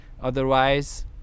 Otherwise